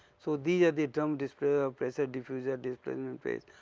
so, these are the drum displacer, ah pressure diffuser, displacement